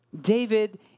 David